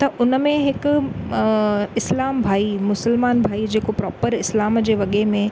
त उन में हिकु इस्लाम भाई मुस्लमान भाई जेको प्रोपर इस्लाम जे वॻे में